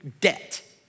debt